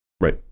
Right